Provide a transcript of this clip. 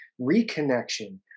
reconnection